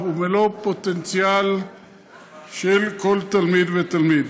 ומלוא הפוטנציאל של כל תלמיד ותלמיד.